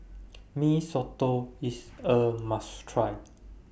Mee Soto IS A must Try